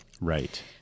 Right